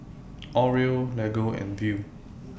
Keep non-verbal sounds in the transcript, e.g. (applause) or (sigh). Oreo Lego and Viu (noise)